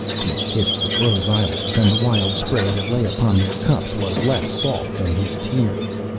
he kissed the closed eyelids, and the wild spray that lay upon their cups was less salt than his tears.